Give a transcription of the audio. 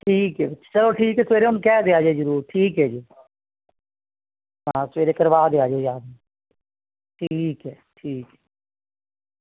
ਠੀਕ ਹ ਚਲੋ ਠੀਕ ਹ ਸਵੇਰੇ ਹੁਣ ਕਹਿ ਦਿਆ ਜੇ ਜਰੂਰ ਠੀਕ ਹ ਜੀ ਹਾਂ ਸਵੇਰੇ ਕਰਵਾ ਦਿਆ ਜੇ ਯਾਦ ਠੀਕ ਹ ਠੀਕ